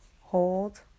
hold